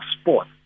sport